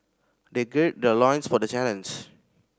they gird their loins for the challenge